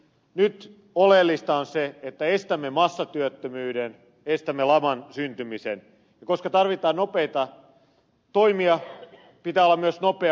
nyt oleellista on se että estämme massatyöttömyyden estämme laman syntymisen ja koska tarvitaan nopeita toimia pitää olla myös nopea ohjelma